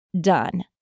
done